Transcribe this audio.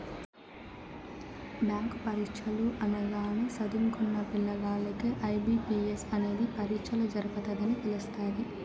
bank పరీచ్చలు అనగానే సదుంకున్న పిల్లగాల్లకి ఐ.బి.పి.ఎస్ అనేది పరీచ్చలు జరపతదని తెలస్తాది